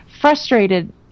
frustrated